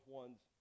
one's